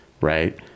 right